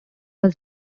was